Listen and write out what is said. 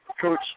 Coach